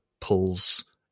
pulls